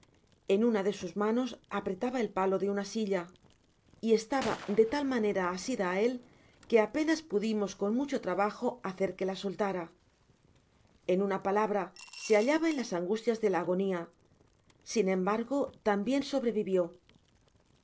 cámara una de sus manos apretaba el palo de una silla y estaba de tal manera asida á él que apenas pudimos esa mucho trabajo hacer qne la soltara en una palabra se hallaba en las angustias de la agonia sin embargo tambien sobrevivió